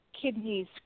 kidneys